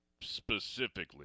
specifically